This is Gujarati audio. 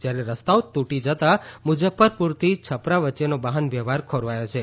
જ્યારે રસ્તાઓ તૂટી જતા મુઝફ્ફપુરથી છપરા વચ્ચેનો વાફન વ્યવહાર ખોરવાયો છે